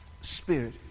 spirit